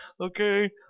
Okay